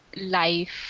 life